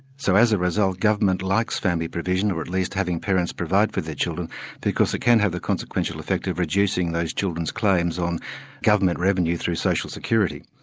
so as a result, government likes family provision, or at least having parents provide for their children because it can have the consequential effect of reducing those children's claims on government revenue through social security.